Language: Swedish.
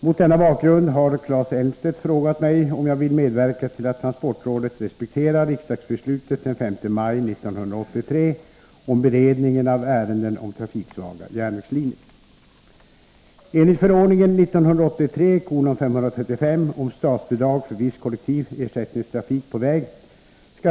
Mot denna bakgrund har Claes Elmstedt frågat mig om jag vill medverka till att transportrådet respekterar riksdagsbeslutet den 5 maj 1983 om beredningen av ärenden om trafiksvaga järnvägslinjer.